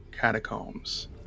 catacombs